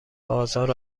آزار